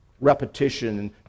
repetition